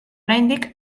oraindik